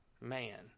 man